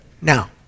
now